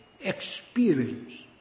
experience